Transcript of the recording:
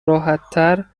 راحتتر